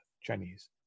Chinese